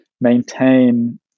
maintain